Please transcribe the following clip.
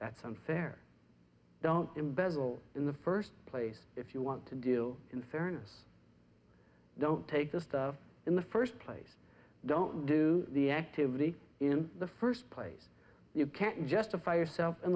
that's unfair don't embezzle in the first place if you want to deal in fairness don't take the stuff in the first place don't do the activity in the first place you can't justify yourself in